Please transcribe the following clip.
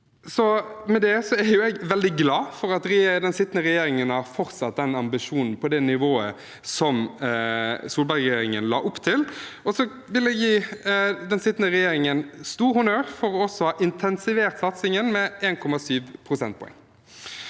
Jeg er veldig glad for at den sittende regjeringen har fortsatt den ambisjonen og det nivået som Solberg-regjeringen la opp til, og jeg vil gi den sittende regjeringen stor honnør for også å ha intensivert satsingen med 1,7 prosentpoeng.